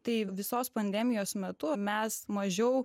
tai visos pandemijos metu mes mažiau